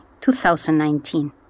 2019